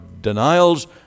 denials